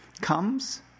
comes